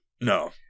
No